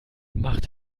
macht